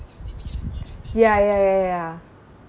ya ya ya ya ya